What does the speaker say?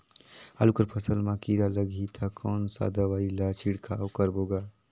आलू कर फसल मा कीरा लगही ता कौन सा दवाई ला छिड़काव करबो गा?